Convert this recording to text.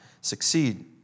succeed